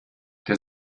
der